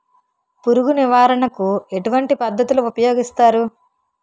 పురుగు నివారణ కు ఎటువంటి పద్ధతులు ఊపయోగిస్తారు?